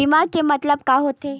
बीमा के मतलब का होथे?